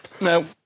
no